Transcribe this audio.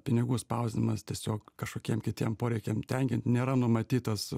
pinigų spausdinimas tiesiog kažkokiem kitiem poreikiam tenkint nėra numatytas